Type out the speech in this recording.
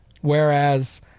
Whereas